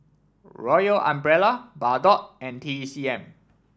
Royal Umbrella Bardot and T C M